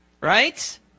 Right